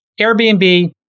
Airbnb